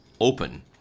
open